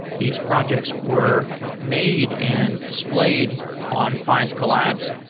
these projects were made and displayed on findcollabs,